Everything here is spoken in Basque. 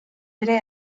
ere